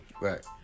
Right